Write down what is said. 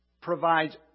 provides